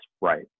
right